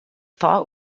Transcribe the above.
thought